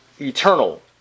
eternal